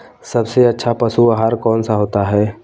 सबसे अच्छा पशु आहार कौन सा होता है?